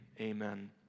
amen